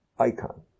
icon